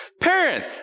parent